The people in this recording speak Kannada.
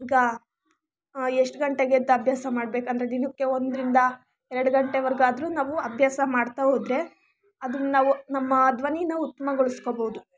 ಈಗ ಎಷ್ಟು ಗಂಟೆಗೆ ಎದ್ದು ಅಭ್ಯಾಸ ಮಾಡ್ಬೇಕು ಅಂದರೆ ದಿನಕ್ಕೆ ಒಂದರಿಂದ ಎರಡು ಗಂಟೆವರೆಗೂ ಆದರೂ ನಾವು ಅಭ್ಯಾಸ ಮಾಡ್ತಾ ಹೋದ್ರೆ ಅದನ್ನು ನಾವು ನಮ್ಮ ಧ್ವನೀನ ನಾವು ಉತ್ತಮಗೊಳಿಸ್ಕೋಬಹುದು